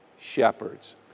shepherds